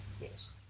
Yes